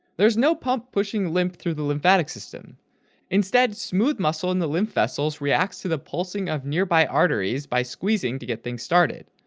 there's no pump pushing the lymph through the lymphatic system instead, smooth muscle in the lymph vessels reacts to the pulsing of nearby arteries by squeezing to get things started,